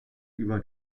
über